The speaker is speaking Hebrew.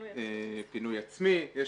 פינוי עצמי.